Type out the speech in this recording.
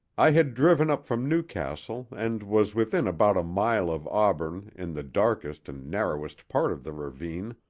i had driven up from newcastle and was within about a mile of auburn in the darkest and narrowest part of the ravine,